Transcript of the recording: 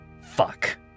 Fuck